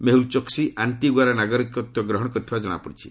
ମେହୁଲ ଚୋକ୍ସି ଆଙ୍କିଗୁଆର ନାଗରିକତ୍ୱ ଗ୍ରହଣ କରିଥିବା ଜଣାପଡିଛି